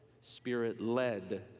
spirit-led